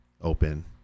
open